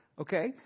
Okay